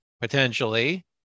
Potentially